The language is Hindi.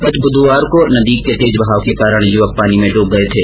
गत ब्धवार को नदी के तेज बहाव के कारण युवक पानी में डूब गये थे